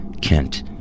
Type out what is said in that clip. Kent